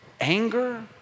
anger